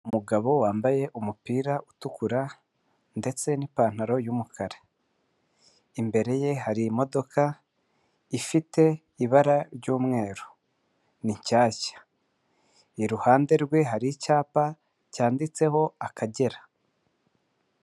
Umugabo wambaye umupira utukura ndetse n'ipantaro y'umukara imbere ye hari imodoka ifite ibara ry'umweru ni nshyashya iruhande rwe hari icyapa cyanditseho akagera.